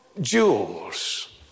jewels